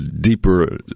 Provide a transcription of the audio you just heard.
deeper